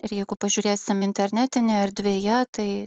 ir jeigu pažiūrėsim internetinėj erdvėje tai